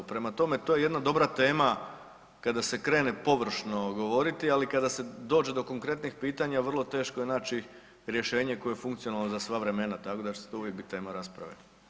Prema tome to je jedna dobra tema kada se krene površno govoriti, ali kada se dođe do konkretnih pitanja vrlo teško je naći rješenje koje je funkcionalno za sva vremena tako da će to uvijek biti tema rasprave.